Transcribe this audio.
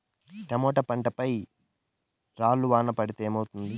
Tomato పంట పై రాళ్లు వాన పడితే ఏమవుతుంది?